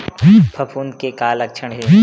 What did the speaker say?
फफूंद के का लक्षण हे?